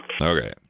Okay